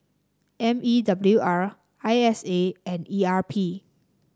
M E W R I S A and E R P